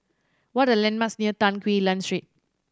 what are the landmarks near Tan Quee Lan Street